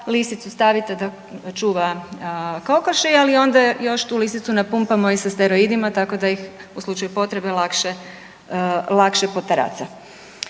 lisicu stavite da čuva kokoši, ali onda još tu lisicu napumpamo i sa steroidima tako da ih u slučaju potrebe lakše potaraca.